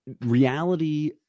reality